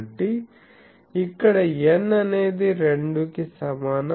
కాబట్టి ఇక్కడ n అనేది 2 కి సమానం